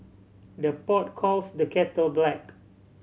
the pot calls the kettle black